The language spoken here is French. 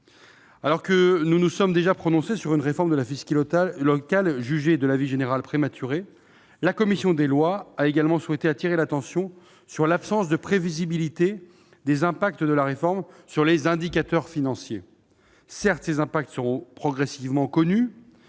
alors que nous nous sommes déjà prononcés sur une réforme de la fiscalité locale jugée, de l'avis général, prématurée, la commission des lois a souhaité attirer l'attention sur l'absence de prévisibilité des impacts d'une telle réforme sur les indicateurs financiers. Certes, ces impacts seront progressivement connus.